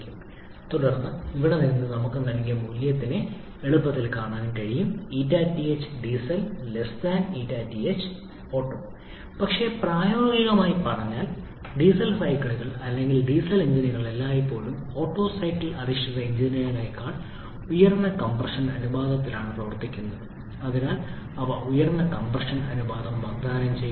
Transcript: ഒന്നിനേക്കാൾ വലുത് തുടർന്ന് ഇവിടെ നിന്ന് നമുക്ക് നൽകിയ മൂല്യത്തിനായി എളുപ്പത്തിൽ കാണാൻ കഴിയും 𝜂𝑡ℎ𝐷𝑖𝑒𝑠𝑒𝑙 𝜂𝑡ℎ𝑂𝑡𝑡𝑜 പക്ഷേ പ്രായോഗികമായി പറഞ്ഞാൽ ഡീസൽ സൈക്കിളുകൾ അല്ലെങ്കിൽ ഡീസൽ എഞ്ചിനുകൾ എല്ലായ്പ്പോഴും ഓട്ടോ സൈക്കിൾ അധിഷ്ഠിത എഞ്ചിനുകളേക്കാൾ ഉയർന്ന കംപ്രഷൻ അനുപാതത്തിലാണ് പ്രവർത്തിക്കുന്നത് അതിനാൽ അവ ഉയർന്ന കംപ്രഷൻ അനുപാതം വാഗ്ദാനം ചെയ്യുന്നു